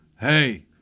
hey